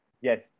Yes